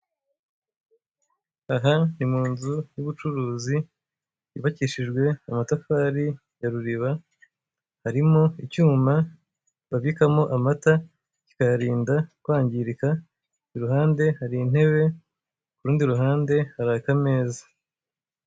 Aha ni mu nzu y'ubucuruzi, yubakishije amatafari ya ruriba. Harimo icyuma babikamo amata kikayarinda kwangirika. Ku ruhande hari intebe, ku rundi ruhande hari akameza.